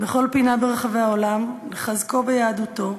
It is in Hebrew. בכל פינה ברחבי העולם, לחזקו ביהדותו,